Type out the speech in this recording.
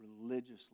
religiously